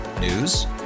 News